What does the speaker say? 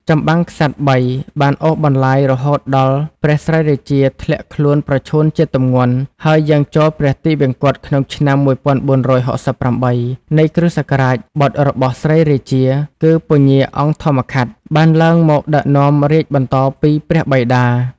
ចម្បាំងក្សត្របី បានអូសបន្លាយរហូតដល់ ព្រះស្រីរាជា ធ្លាក់ខ្លួនប្រឈួនជាទម្ងន់ហើយយាងចូលព្រះទីវង្គតក្នុងឆ្នាំ ១៤៦៨ នៃគ.សករាជ បុត្ររបស់ស្រីរាជា គឺពញ្ញាអង្គធម្មខាត់ បានឡើងមកដឹកនាំរាជបន្តពីព្រះបិតា។